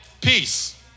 peace